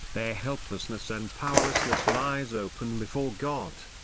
their helplessness and powerlessness lies open before god.